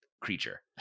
creature